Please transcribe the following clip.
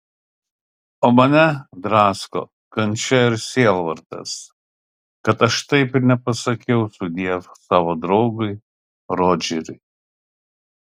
o mane drasko kančia ir sielvartas kad aš taip ir nepasakiau sudiev savo draugui rodžeriui